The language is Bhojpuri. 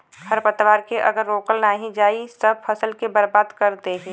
खरपतवार के अगर रोकल नाही जाई सब फसल के बर्बाद कर देई